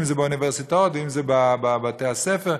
אם באוניברסיטאות ואם בבתי-הספר,